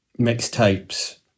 mixtapes